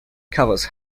covers